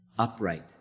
upright